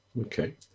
Okay